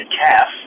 Calf